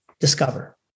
Discover